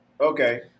okay